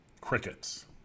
crickets